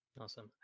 Awesome